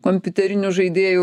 kompiuterinių žaidėjų